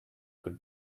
could